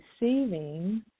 receiving